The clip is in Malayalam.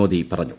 മോദി പറഞ്ഞു